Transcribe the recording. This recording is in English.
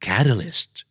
Catalyst